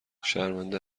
شرمنده